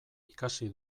ikasi